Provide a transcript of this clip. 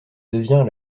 devient